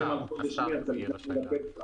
אנחנו מדברים על חודש